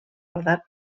rodat